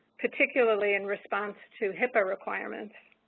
particularly in response to hipaa requirements.